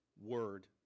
word